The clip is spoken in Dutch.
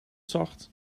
zacht